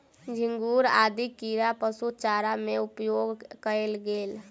झींगुर आदि कीड़ा पशु चारा में उपयोग कएल गेल